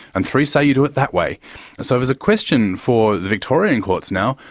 and three say you do it that way. and so it's a question for the victorian courts now,